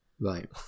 Right